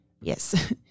Yes